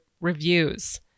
reviews